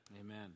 Amen